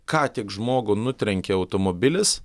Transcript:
ką tik žmogų nutrenkė automobilis